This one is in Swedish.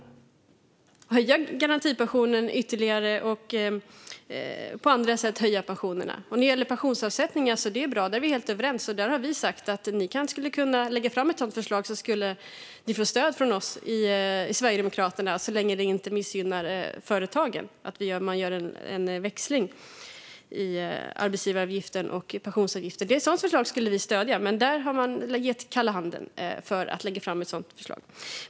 Det handlar om att höja garantipensionen ytterligare och på andra sätt höja pensionerna. När det gäller pensionsavsättningarna är vi helt överens. Vi har sagt att ni kan lägga fram ett sådant förslag, och då skulle ni få stöd av Sverigedemokraterna så länge det inte missgynnar företagen att göra en växling i arbetsgivaravgiften och pensionsavgiften. Ett sådant förslag skulle vi stödja, men det har varit kalla handen för ett sådant förslag.